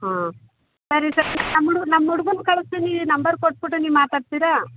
ಹಾಂ ಸರಿ ಸ ನಮ್ಮ ಹುಡ್ಗುನ್ ನಮ್ಮ ಹುಡ್ಗುನ್ ಕಳಿಸ್ತೀನಿ ನಂಬರ್ ಕೊಟ್ಬಿಟ್ಟು ನೀವು ಮಾತಾಡ್ತೀರಾ